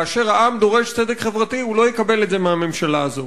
כאשר העם דורש צדק חברתי הוא לא יקבל את זה מהממשלה הזאת.